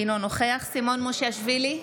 אינו נוכח סימון מושיאשוילי,